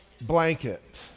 blanket